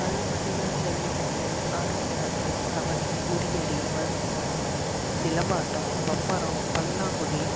அதில் பார்த்தீங்கன்னா ஜல்லிக்கட்டு ஆடுப்புள்ளி ஆட்டம் கபடி உறியடி வலுக்கு மரம் சிலம்பாட்டம் பம்பரம் பல்லாங்குழி